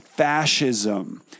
Fascism